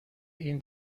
این